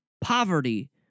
poverty